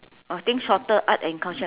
or think shorter art and culture